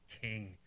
king